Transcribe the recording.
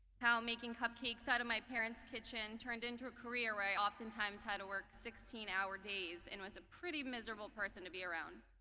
how making cupcakes out of my parents kitchen turned into a career right oftentimes had to work sixteen hour days and was a pretty miserable person to be around.